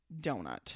donut